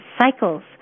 cycles